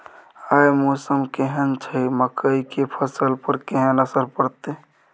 आय मौसम केहन छै मकई के फसल पर केहन असर परतै?